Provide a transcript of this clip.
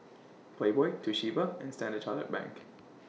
Playboy Toshiba and Standard Chartered Bank